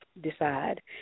decide